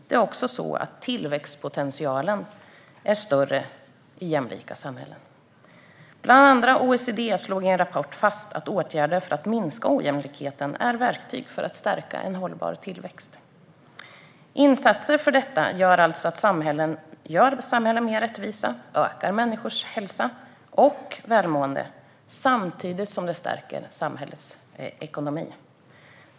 Även tillväxtpotentialen är större i jämlika samhällen. Bland andra OECD slog i en rapport fast att åtgärder för att minska ojämlikheten är verktyg för att stärka en hållbar tillväxt. Insatser för detta gör alltså samhällen mer rättvisa och förbättrar människors hälsa och välmående samtidigt som de stärker samhällenas ekonomi.